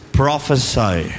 prophesy